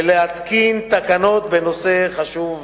ולהתקין תקנות בנושא חשוב זה.